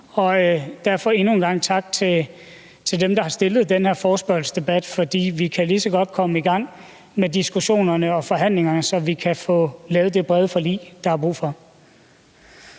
vil jeg endnu en gang sige tak til dem, der har stillet den her forespørgsel, for vi kan jo lige så godt komme i gang med diskussionerne og forhandlingerne, så vi kan få lavet det brede forlig, der er brug for.